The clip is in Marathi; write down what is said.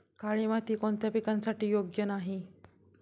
काळी माती कोणत्या पिकासाठी योग्य नाही?